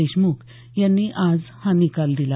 देशमुख यांनी आज हा निकाल दिला